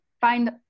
find